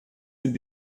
sind